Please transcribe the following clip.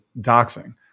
doxing